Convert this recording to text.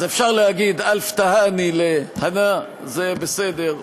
אז אפשר להגיד "אַלְף תַהַאנִי", להנא, זה בסדר.